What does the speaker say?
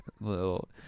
little